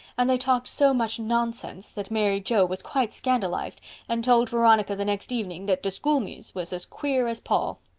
and they talked so much nonsense that mary joe was quite scandalized and told veronica the next evening that de school mees was as queer as paul.